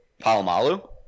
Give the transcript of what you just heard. Palomalu